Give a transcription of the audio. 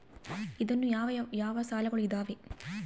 ಇನ್ನು ಯಾವ ಯಾವ ಸಾಲಗಳು ಇದಾವೆ?